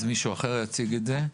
אז מישהו אחר יציג את זה.